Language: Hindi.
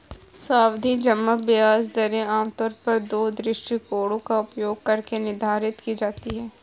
सावधि जमा ब्याज दरें आमतौर पर दो दृष्टिकोणों का उपयोग करके निर्धारित की जाती है